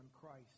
Christ